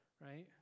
Right